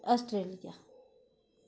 Australia